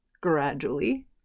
gradually